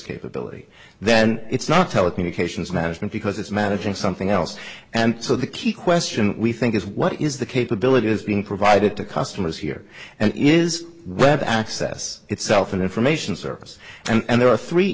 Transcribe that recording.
capability then it's not telecommunications management because it's managing something else and so the key question we think is what is the capability has been provided to customers here and is web access itself an information service and there are three